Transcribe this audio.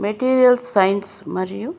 materials science మరియు